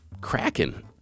Kraken